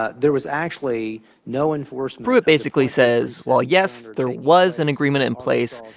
ah there was actually no enforcement. pruitt basically says well, yes, there was an agreement in place.